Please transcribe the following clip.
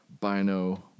Bino